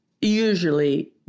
usually